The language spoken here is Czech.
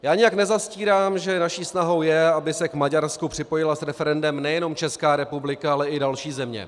Já nijak nezastírám, že naší snahou je, aby se k Maďarsku připojila s referendem nejenom Česká republika, ale i další země.